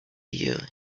you